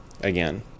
again